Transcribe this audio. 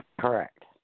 Correct